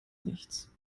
nichts